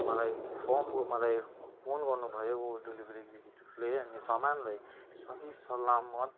मलाई इन्फर्म मलाई फोन गर्नुभयो उ डेलिभरी इक्ज्युकिटिभले अनि सामानलाई सही सलामत